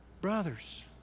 Brothers